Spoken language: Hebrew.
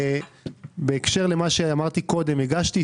שלמה קרעי --- שאתה מנמק את